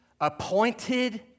Appointed